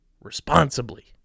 responsibly